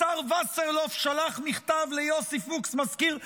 השר וסרלאוף שלח מכתב ליוסי פוקס, מזכיר הממשלה,